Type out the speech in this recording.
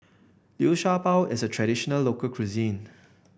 Liu Sha Bao is a traditional local cuisine